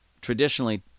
traditionally